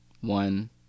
One